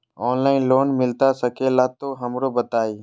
Online loan मिलता सके ला तो हमरो बताई?